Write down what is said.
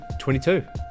22